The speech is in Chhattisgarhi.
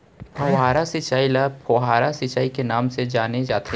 फव्हारा सिंचई ल फोहारा सिंचई के नाँव ले जाने जाथे